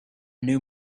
new